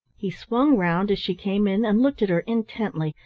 he swung round as she came in, and looked at her intently,